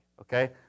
Okay